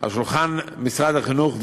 על שולחן משרד החינוך,